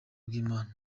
bw’imana